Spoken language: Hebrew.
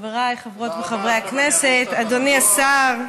חבריי חברות וחברי הכנסת, אדוני השר,